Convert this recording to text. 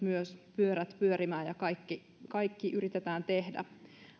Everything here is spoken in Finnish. pyörät pyörimään ja kaikki kaikki yritetään tehdä